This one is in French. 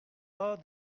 pas